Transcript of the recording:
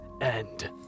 end